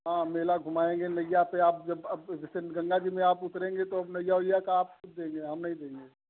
हाँ मेला घुमाएंगे नैया पर आप जब अब जैसे गंगा जी में उतरेंगे तो अब नैया वैया का आप खुद देंगे हम नही देंगे